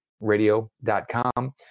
radio.com